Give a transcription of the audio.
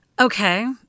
Okay